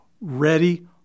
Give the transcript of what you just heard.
ready